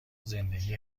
زندگی